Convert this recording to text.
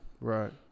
Right